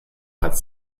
hat